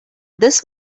this